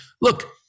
look